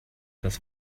das